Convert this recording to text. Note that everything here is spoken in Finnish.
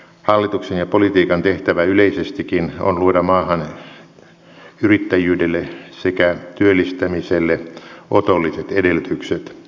hallituksen ja politiikan tehtävä yleisestikin on luoda maahan yrittäjyydelle sekä työllistämiselle otolliset edellytykset